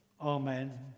Amen